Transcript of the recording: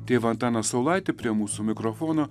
tėvą antaną saulaitį prie mūsų mikrofono